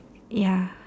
ya